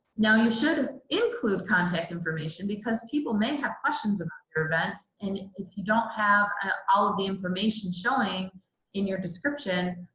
now you should include contact information because people may have questions about your event and if you don't have ah all of the information showing in your description,